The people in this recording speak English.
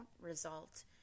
result